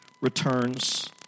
returns